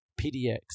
PDX